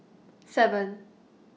seven